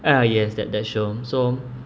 ah yes that that show so